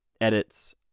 edits